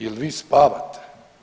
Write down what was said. Jel' vi spavate?